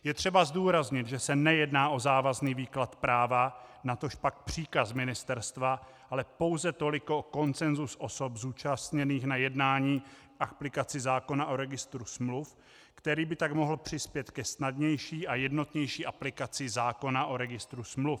Je třeba zdůraznit, že se nejedná o závazný výklad práva, natožpak příkaz ministerstva, ale pouze toliko o konsenzus osob zúčastněných na jednání k aplikaci zákona o registru smluv, který by tak mohl přispět ke snadnější a jednotnější aplikaci zákona o registru smluv.